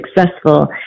successful